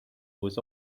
was